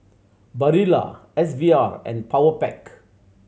Barilla S V R and Powerpac